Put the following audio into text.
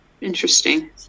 Interesting